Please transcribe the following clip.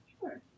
Sure